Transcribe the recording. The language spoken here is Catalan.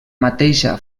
mateixa